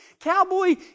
Cowboy